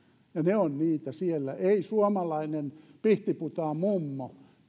ovat niitä siellä ei suomalainen pihtiputaanmummo